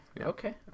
Okay